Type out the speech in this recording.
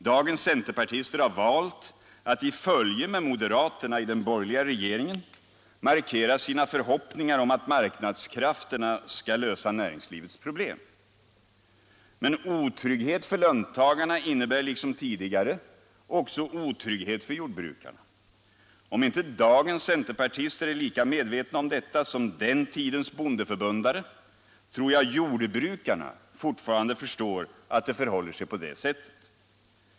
Dagens centerpartister har valt att i följe med moderaterna i den borgerliga regeringen markera sina förhoppningar om att marknadskrafterna skall lösa näringslivets problem. Men otrygghet för löntagarna innebär liksom tidigare otrygghet också för jordbrukarna. Om inte dagens centerpartister är lika medvetna om detta som den tidens bondeförbundare, tror jag jordbrukarna fortfarande förstår att det förhåller sig på det sättet.